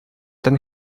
then